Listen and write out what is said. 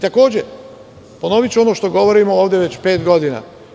Takođe, ponoviću ono što govorimo ovde već pet godina.